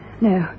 No